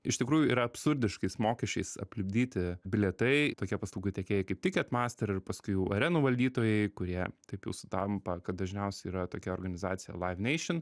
iš tikrųjų yra absurdiškais mokesčiais aplipdyti bilietai tokie paslaugų tiekėjai kaip tiket master ir paskui jau arenų valdytojai kurie taip jau sutampa kad dažniausiai yra tokia organizacija live nation